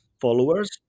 followers